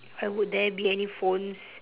why would be there any phones